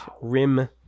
rim